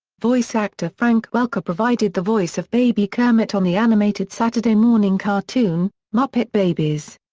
voice actor frank welker provided the voice of baby kermit on the animated saturday morning cartoon, muppet babies.